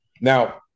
Now